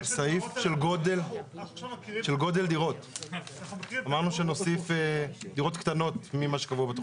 זה סעיף שהוספנו בהתאם לסיכומים שנאמרו כאן בדיון הקודם.